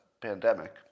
pandemic